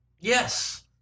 Yes